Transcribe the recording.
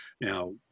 Now